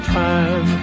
time